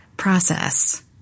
process